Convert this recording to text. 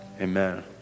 amen